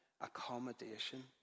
Accommodation